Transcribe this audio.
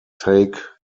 take